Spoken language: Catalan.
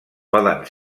poden